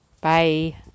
bye